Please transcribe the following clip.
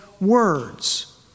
words